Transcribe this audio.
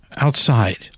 Outside